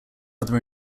other